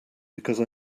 because